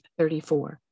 34